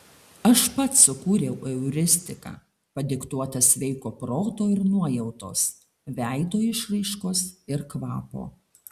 aš pats sukūriau euristiką padiktuotą sveiko proto ir nuojautos veido išraiškos ir kvapo